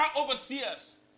overseers